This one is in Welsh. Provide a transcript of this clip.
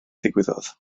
ddigwyddodd